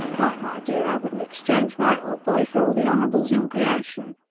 why, my dear, i wouldn't exchange my old boy for all the honourables in creation!